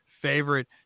favorite